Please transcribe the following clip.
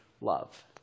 love